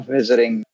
visiting